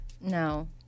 No